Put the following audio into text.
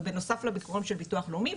זה בנוסף לביקורים של ביטוח לאומי,